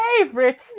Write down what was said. favorite